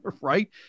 Right